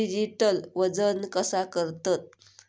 Digital वजन कसा करतत?